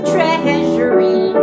Treasury